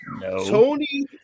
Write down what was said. Tony